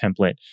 template